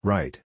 Right